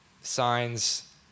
signs